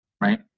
right